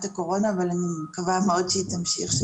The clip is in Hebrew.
הקורונה אבל אני מקווה מאוד שהיא תמשיך.